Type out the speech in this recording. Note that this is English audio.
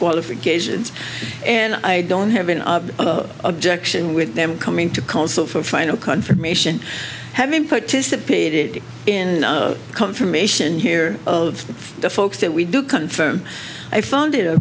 qualifications and i don't have an objection with them coming to council for final confirmation having participated in confirmation here of the folks that we do confirm i found it